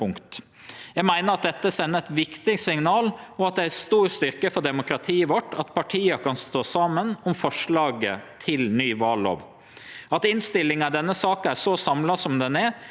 At innstillinga i denne saka er så samla som ho er, er difor svært gledeleg. Det bidreg til å gje legitimitet til endringane og til måten val vert gjennomførte på.